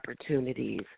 opportunities